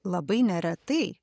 labai neretai